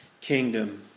kingdom